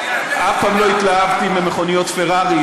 אף פעם לא התלהבתי ממכוניות פרארי.